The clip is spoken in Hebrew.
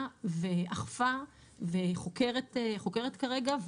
גילתה ואכפה וחוקרת כרגע.